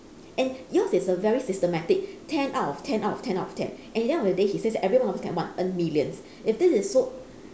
and yours is a very systematic ten out of ten out of ten out of ten in the end of the day he says that everyone can also what earn millions if this is so